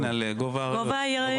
כן, על גוב האריות.